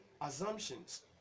assumptions